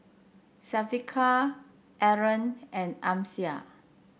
Syafiqah Aaron and Amsyar